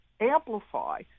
amplify